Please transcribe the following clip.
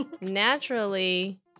naturally